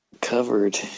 covered